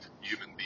human